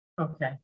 Okay